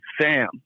Sam